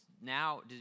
now